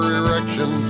erection